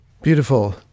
Beautiful